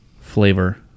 flavor